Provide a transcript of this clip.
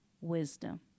wisdom